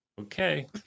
Okay